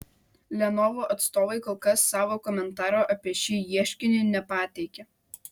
lenovo atstovai kol kas savo komentaro apie šį ieškinį nepateikė